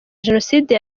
jenoside